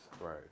Right